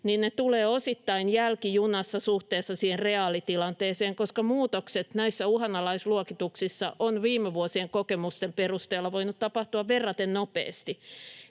ne tulevat osittain jälkijunassa suhteessa siihen reaalitilanteeseen, koska muutokset näissä uhanalaisluokituksissa ovat viime vuosien kokemusten perusteella voineet tapahtua verraten nopeasti.